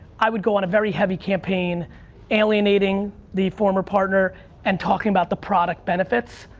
i would go on a very heavy campaign alienating the former partner and talking about the product benefits.